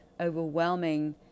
overwhelming